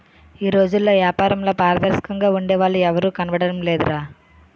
ఈ రోజుల్లో ఏపారంలో పారదర్శకంగా ఉండే వాళ్ళు ఎవరూ కనబడడం లేదురా